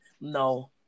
No